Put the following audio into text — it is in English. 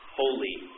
holy